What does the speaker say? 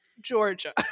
Georgia